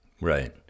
Right